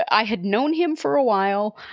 i had known him for a while.